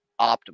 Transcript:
optimal